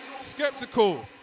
Skeptical